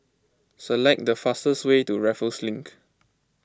select the fastest way to Raffles Link